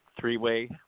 three-way